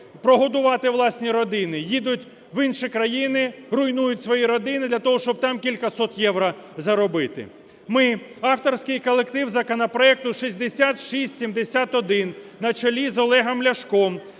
прогодувати власні родини. Їдуть в інші країни, руйнують свої родини для того, щоб там кількасот євро заробити. Ми, авторський колектив законопроекту 6671 на чолі з Олегом Ляшком,